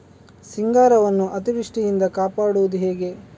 ಸಿಂಗಾರವನ್ನು ಅತೀವೃಷ್ಟಿಯಿಂದ ಕಾಪಾಡುವುದು ಹೇಗೆ?